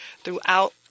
throughout